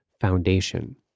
foundation